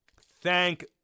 Thank